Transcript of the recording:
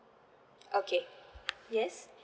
okay yes